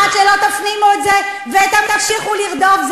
עד שלא תפנימו את זה ותמשיכו לרדוף,